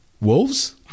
wolves